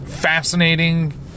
Fascinating